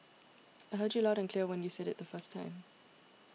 I heard you loud and clear when you said it the first time